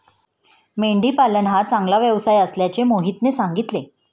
मेंढी पालन हा चांगला व्यवसाय असल्याचे मोहितने सांगितले